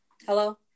Hello